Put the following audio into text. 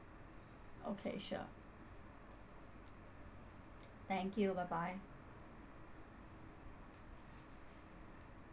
okay sure thank you bye bye